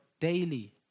daily